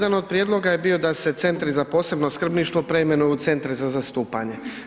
Pa jedan od prijedloga je bio da se centri za posebno skrbništvo preimenuju u centre za zastupanje.